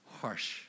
harsh